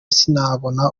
sinabona